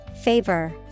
Favor